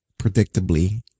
predictably